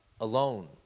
alone